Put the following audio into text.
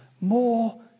more